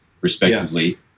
respectively